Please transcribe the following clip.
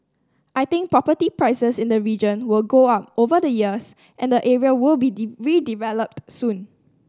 I think property prices in the region will go up over the years and the area will be redeveloped soon